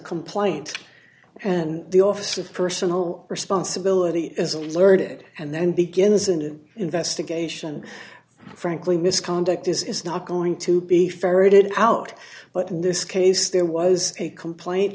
complaint and the office of personal responsibility as alerted and then begins an investigation frankly misconduct is not going to be ferreted out but in this case there was a complaint